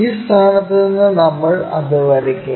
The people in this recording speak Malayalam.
ഈ സ്ഥാനത്ത് നിന്ന് നമ്മൾ അത് വരയ്ക്കും